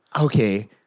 okay